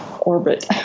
orbit